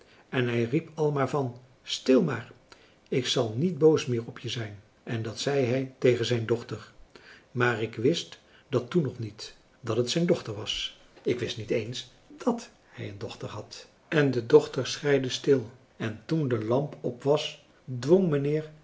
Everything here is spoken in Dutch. en hij riep al maar van stil maar ik zal niet boos meer op je zijn en dat zei hij tegen zijn dochter maar ik wist dat toen nog niet dat het zijn dochter was ik wist niet eens dat hij een dochter had en de dochter schreide stil en toen de lamp op was dwong mijnheer